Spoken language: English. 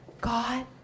God